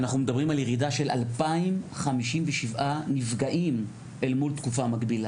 אנחנו מדברים על ירידה של 2057 נפגעים אל מול תקופה מקבילה.